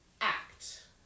act